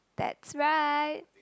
that's right